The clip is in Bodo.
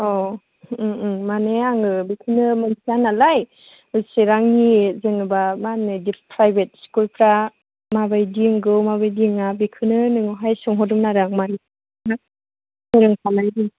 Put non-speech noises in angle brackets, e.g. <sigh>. अ माने आङो बिदिनो मिन्थिया नालाय बेसेबांनि जेनेबा मा होनो बिदि प्राइभेट स्कुलफोरा माबायदि रोंगौ माबायदि रोङा बेखौनो नोंनावहाय सोंहरदोंमोन आरो आं मानोना <unintelligible>